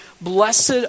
Blessed